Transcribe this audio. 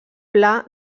pla